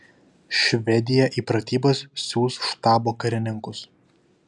švedija į pratybas siųs štabo karininkus